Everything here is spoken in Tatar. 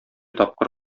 тапкыр